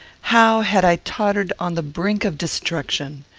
how had i tottered on the brink of destruction!